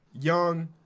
Young